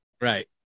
Right